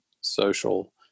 social